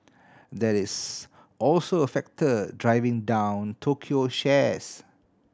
that is also a factor driving down Tokyo shares